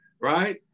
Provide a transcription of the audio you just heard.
right